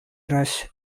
rush